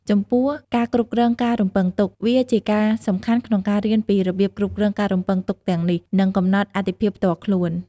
ចំពោះការគ្រប់គ្រងការរំពឹងទុក វាជាការសំខាន់ក្នុងការរៀនពីរបៀបគ្រប់គ្រងការរំពឹងទុកទាំងនេះ និងកំណត់អាទិភាពផ្ទាល់ខ្លួន។